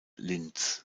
linz